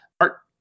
Art